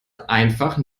einfach